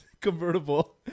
convertible